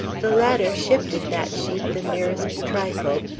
the latter shifted that sheet the merest trifle,